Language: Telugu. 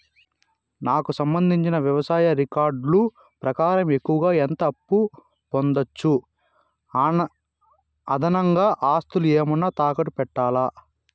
నాకు సంబంధించిన వ్యవసాయ రికార్డులు ప్రకారం ఎక్కువగా ఎంత అప్పు పొందొచ్చు, అదనంగా ఆస్తులు ఏమన్నా తాకట్టు పెట్టాలా?